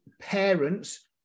parents